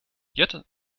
yet